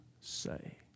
say